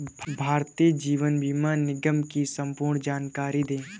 भारतीय जीवन बीमा निगम की संपूर्ण जानकारी दें?